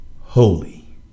holy